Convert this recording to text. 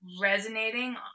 resonating